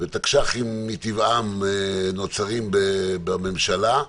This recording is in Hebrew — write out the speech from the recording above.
ותקש"חים מטבעם נוצרים בממשלה,